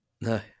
No